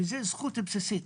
וזו זכות בסיסית.